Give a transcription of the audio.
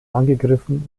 angegriffen